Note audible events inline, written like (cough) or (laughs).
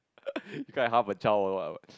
(laughs) can't have half a child also whats